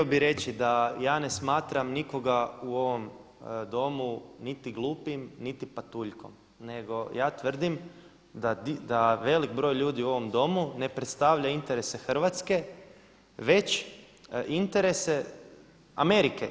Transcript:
Pa htio bi reći da ja ne smatram nikoga u ovom domu niti glupim niti patuljkom, nego ja tvrdim da velik broj ljudi u ovom domu ne predstavlja interese Hrvatske već interese Amerike.